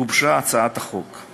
גובשה הצעת החוק.